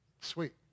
Sweet